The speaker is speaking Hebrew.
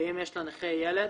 ואם יש לנכה ילד,